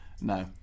No